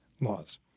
laws